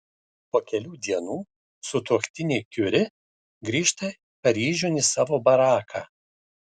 po kelių dienų sutuoktiniai kiuri grįžta paryžiun į savo baraką